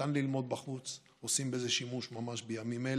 ניתן ללמוד בחוץ ועושים בזה שימוש ממש בימים אלה,